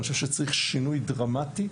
אני חושב שצריך שינוי דרמטי,